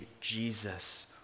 Jesus